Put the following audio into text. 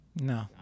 No